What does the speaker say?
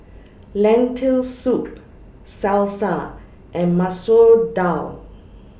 Lentil Soup Salsa and Masoor Dal